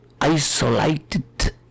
isolated